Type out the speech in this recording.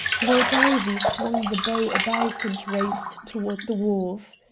lord ivy swung the bow about and raced toward the wharf.